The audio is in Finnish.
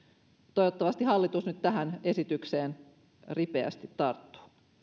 toivottavasti hallitus nyt tähän esitykseen ripeästi tarttuu